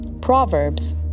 Proverbs